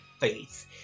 faith